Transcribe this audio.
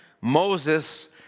Moses